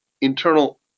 internal